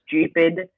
stupid